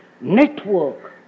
network